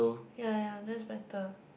yea yea that's better